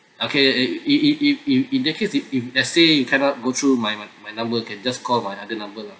okay err if if if if in that case if if let's say you cannot go through my my my number you can just call another number lah